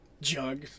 Jug